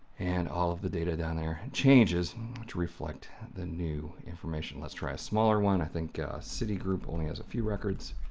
and all of the data down there and changes to reflect the new information. let's try a smaller one, i think citigroup only has a few records